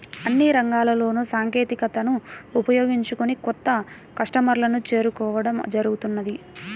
అన్ని రంగాల్లోనూ సాంకేతికతను ఉపయోగించుకొని కొత్త కస్టమర్లను చేరుకోవడం జరుగుతున్నది